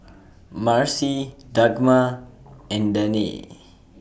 Marci Dagmar and Danae